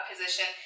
Position